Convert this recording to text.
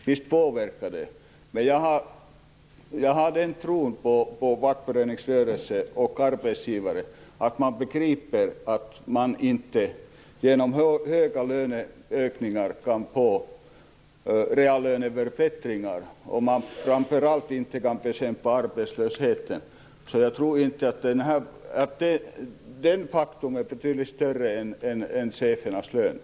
Visst påverkar detta, men jag har en tro på att fackföreningsrörelsen och arbetsgivarna begriper att man inte kan få reallöneförbättringar genom höga löneökningar. Och man kan framför allt inte bekämpa arbetslösheten. Jag tror att detta faktum väger betydligt tyngre än chefernas löner.